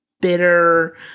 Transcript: bitter